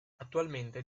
attualmente